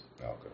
Okay